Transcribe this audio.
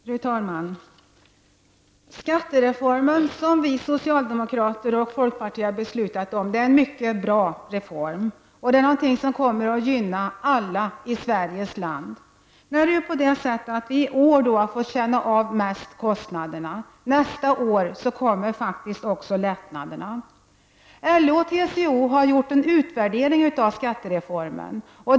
Fru talman! Skattereformen som vi socialdemokrater och folkpartiet har beslutat om är en mycket bra reform. Den är något som kommer att gynna alla i Sveriges land. I år har vi mest fått känna av kostnaderna. Nästa år kommer faktiskt också lättnaderna. LO och TCO har gjort en utvärdering av skattereformen.